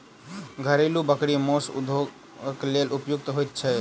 घरेलू बकरी मौस उद्योगक लेल उपयुक्त होइत छै